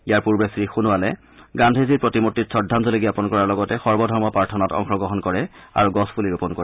ইয়াৰ পূৰ্বে শ্ৰীসোণোৱালে গান্মীজীৰ প্ৰতিমূৰ্তিত শ্ৰদ্ধাঙ্গলি জাপন কৰাৰ লগতে সৰ্বধৰ্ম প্ৰাৰ্থনাত অংশগ্ৰহণ কৰে আৰু গছপুলি ৰোপন কৰে